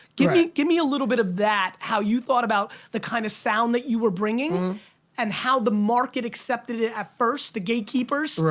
give me give me a little bit of that, how you thought about the kind of sound that you were bringing and how the market accepted it at first, the gatekeepers. right,